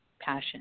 passion